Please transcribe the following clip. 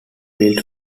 built